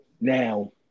Now